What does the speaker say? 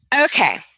Okay